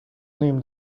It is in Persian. نیم